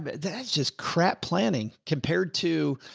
but that's just crap planning compared to,